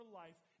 life